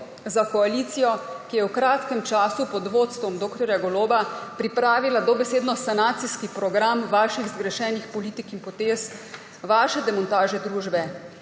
za koalicijo, ki je v kratkem času pod vodstvom dr. Goloba pripravila dobesedno sanacijski program vaših zgrešenih politik in potez, vaše demontaže družbe,